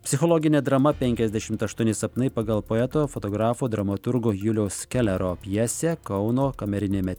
psichologinė drama penkiasdešimt aštuoni sapnai pagal poeto fotografo dramaturgo julijaus kelero pjesę kauno kameriniame